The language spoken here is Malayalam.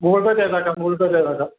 ഗൂഗിൾ പേ ചെയ്തേക്കാം ഗൂഗിൾ പേ ചെയ്തേക്കാം